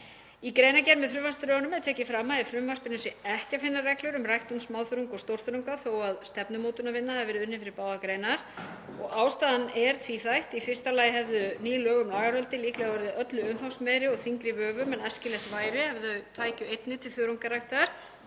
Í greinargerð með frumvarpsdrögunum er tekið fram að í frumvarpinu sé ekki að finna reglur um ræktun smáþörunga og stórþörunga þó að stefnumótunarvinna hafi verið unnin fyrir báðar greinar og ástæðan er tvíþætt. Í fyrsta lagi hefðu ný lög um lagareldi líklega orðið öllu umfangsmeiri og þyngri í vöfum en æskilegt væri ef þau tækju einnig til þörungaræktar.